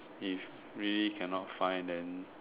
if we cannot find then